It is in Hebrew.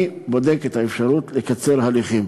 אני בודק את האפשרות לקצר הליכים.